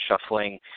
shuffling